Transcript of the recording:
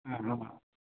ஆ ஆமாம்